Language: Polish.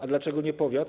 A dlaczego nie powiat?